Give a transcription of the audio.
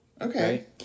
Okay